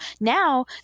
Now